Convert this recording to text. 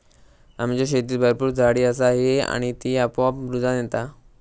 आमच्या शेतीत भरपूर झाडी असा ही आणि ती आपोआप रुजान येता